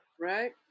right